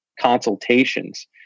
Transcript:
consultations